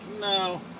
no